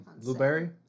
Blueberry